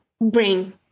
bring